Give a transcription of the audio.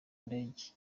ndege